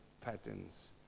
patterns